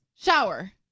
Shower